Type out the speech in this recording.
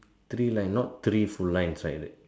three line not three full lines right